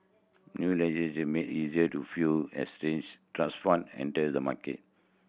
new legislation made easier to few exchange trust fund enter the market